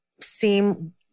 seem